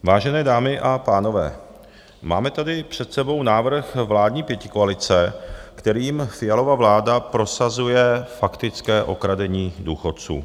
Vážené dámy a pánové, máme tady před sebou návrh vládní pětikoalice, kterým Fialova vláda prosazuje faktické okradení důchodců.